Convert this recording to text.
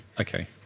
Okay